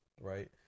Right